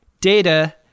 Data